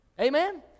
Amen